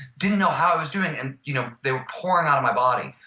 didn't know how i was doing. and you know they were pouring out of my body.